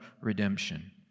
redemption